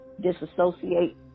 disassociate